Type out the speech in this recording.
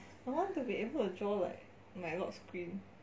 I want to be able to draw like my lock screen